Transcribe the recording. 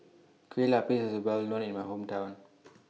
Kueh Lapis IS Well known in My Hometown